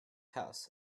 house